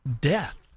death